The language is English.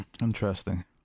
interesting